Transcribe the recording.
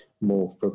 more